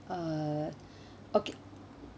uh okay